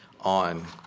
on